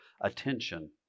attention